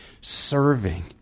serving